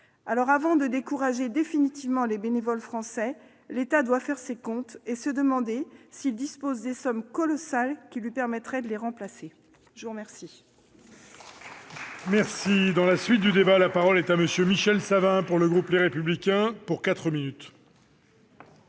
Avant de décourager définitivement les bénévoles français, l'État doit faire ses comptes et se demander s'il dispose des sommes colossales qui lui permettraient de les remplacer. La parole